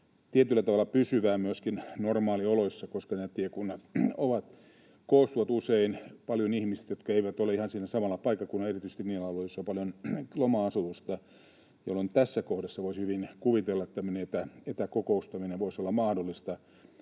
tietyllä tavalla pysyvää myöskin normaalioloissa, koska ne tiekunnat usein koostuvat paljonkin ihmisistä, jotka eivät ole ihan siinä samalla paikkakunnalla, erityisesti niillä alueilla, joilla on paljon loma-asutusta, jolloin tässä kohdassa voisi hyvin kuvitella, että tämmöinen etäkokoustaminen voisi olla mahdollista.